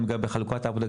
גם לגבי חלוקת העבודה,